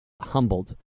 humbled